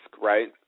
right